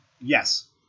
Yes